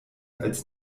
als